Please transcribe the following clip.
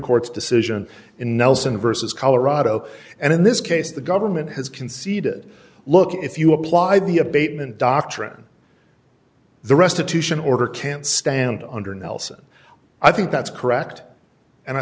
court's decision in nelson versus colorado and in this case the government has conceded look if you apply the abatement doctrine the restitution order can't stand under nelson i think that's correct and i